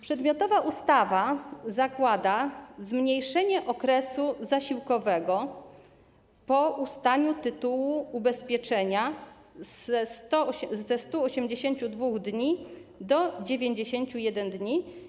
Przedmiotowa ustawa zakłada zmniejszenie okresu zasiłkowego po ustaniu tytułu ubezpieczenia ze 182 dni do 91 dni.